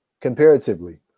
comparatively